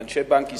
ואנשי בנק ישראל,